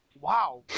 wow